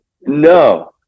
No